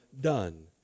done